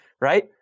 right